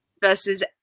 versus